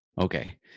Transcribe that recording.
okay